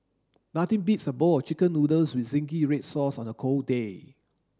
nothing beats a bowl of chicken noodles with zingy red sauce on a cold day